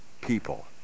people